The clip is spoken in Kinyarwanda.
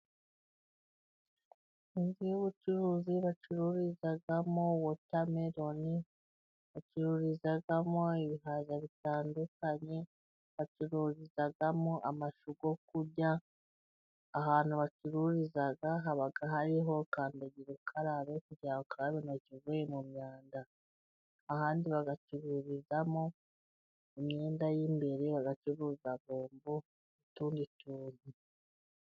Inzu y'ubucuruzi bacururizamo wotameloni, bacururizamo ibihaza bitandukanye, bacururizamo amashu yo kurya, ahantu bacururiza haba hariho kandagirukarabe kugira ngo ukarabe intoki uvuye mu myanda, ahandi bagacururizamo imyenda y'imbere, bagacuruza bombo n'utundi tuntu.